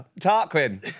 Tarquin